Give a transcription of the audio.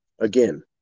again